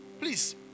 Please